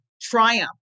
triumph